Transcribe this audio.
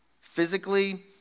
physically